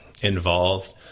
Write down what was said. involved